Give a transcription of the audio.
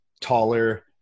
taller